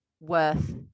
worth